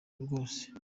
rwose